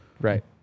Right